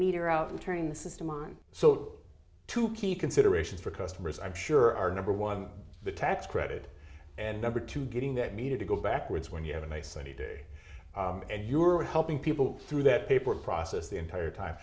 meter out and turning the system on so to keep considerations for customers i'm sure our number one the tax credit and number two getting that needed to go backwards when you have a nice sunny day and you are helping people through that paper process the entire time